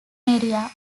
area